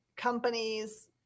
companies